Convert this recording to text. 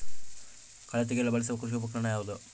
ಕಳೆ ತೆಗೆಯಲು ಬಳಸುವ ಕೃಷಿ ಉಪಕರಣ ಯಾವುದು?